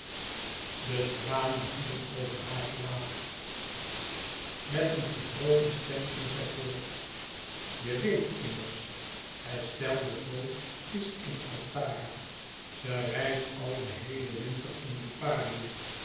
de tranen vielen over haar gelaat met een gebroken stem ging zij voort je weet immers estelle desvaux is in altara ze reist al den heelen winter in liparië